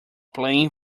playing